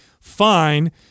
fine